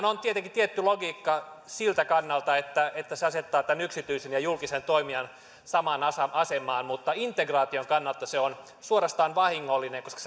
on tietenkin tietty logiikka siltä kannalta että että se asettaa yksityisen ja julkisen toimijan samaan asemaan mutta integraation kannalta se on suorastaan vahingollinen koska